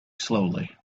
slowly